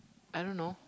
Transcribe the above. I don't know